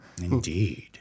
Indeed